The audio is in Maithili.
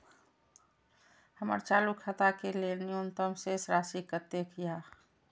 हमर चालू खाता के लेल न्यूनतम शेष राशि कतेक या?